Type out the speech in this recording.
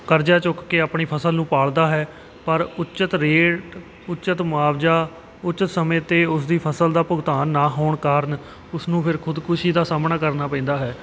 ਕਰਜ਼ਾ ਚੁੱਕ ਕੇ ਆਪਣੀ ਫ਼ਸਲ ਨੂੰ ਪਾਲਦਾ ਹੈ ਪਰ ਉਚਿਤ ਰੇਟ ਉਚਿਤ ਮੁਆਵਜਾ ਉਚਿਤ ਸਮੇਂ 'ਤੇ ਉਸ ਦੀ ਫ਼ਸਲ ਦਾ ਭੁਗਤਾਨ ਨਾ ਹੋਣ ਕਾਰਨ ਉਸ ਨੂੰ ਫਿਰ ਖੁਦਕੁਸ਼ੀ ਦਾ ਸਾਹਮਣਾ ਕਰਨਾ ਪੈਂਦਾ ਹੈ